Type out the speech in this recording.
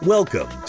Welcome